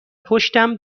پشتم